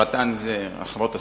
הרט"ן זה חברות הסלולר,